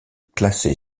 classé